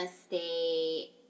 stay